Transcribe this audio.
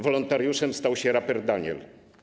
Wolontariuszem stał się raper Daniel.